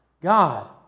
god